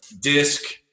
disc